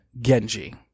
Genji